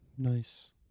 Nice